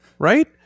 right